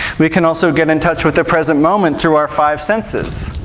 we can also get in touch with the present moment through our five senses.